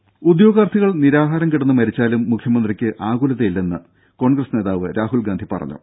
രുദ ഉദ്യോഗാർഥികൾ നിരാഹാരം കിടന്ന് മരിച്ചാലും മുഖ്യമന്ത്രിക്ക് ആകുലതയില്ലെന്ന് കോൺഗ്രസ് നേതാവ് രാഹുൽ ഗാന്ധി പറഞ്ഞു